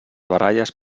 baralles